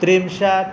त्रिंशत्